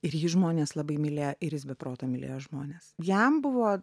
ir jį žmonės labai mylėjo ir jis be proto mylėjo žmones jam buvo